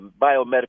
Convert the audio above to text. biomedical